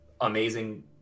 amazing